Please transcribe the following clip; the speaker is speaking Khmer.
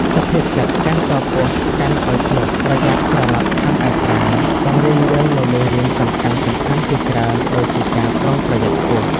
សុភាសិត "កាន់កពស់កាន់ឲ្យជាប់ប្រយ័ត្នក្រឡាប់ខាំឯប្រាណ" បង្រៀនយើងនូវមេរៀនសំខាន់ៗជាច្រើនដូចជាការប្រុងប្រយ័ត្នខ្ពស់។